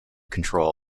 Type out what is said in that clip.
control